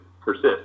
persist